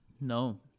No